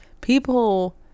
people